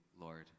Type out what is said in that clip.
lord